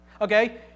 Okay